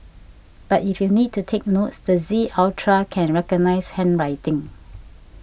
but if you need to take notes the Z Ultra can recognise handwriting